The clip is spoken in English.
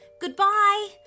Goodbye